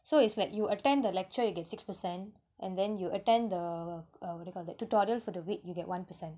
so it's like you attend the lecture you get six percent and then you attend the uh what do you call that the tutorial for the week you get one percent